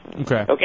Okay